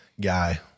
guy